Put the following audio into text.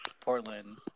Portland